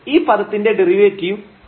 ഈ പദത്തിന്റെ derivative 2x ആയിരിക്കും